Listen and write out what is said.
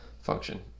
function